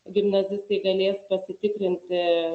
gimnazistai galės pasitikrinti